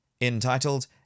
entitled